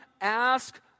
ask